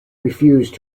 refused